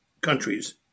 countries